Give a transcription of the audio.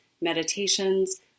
meditations